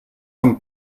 von